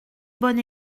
bonne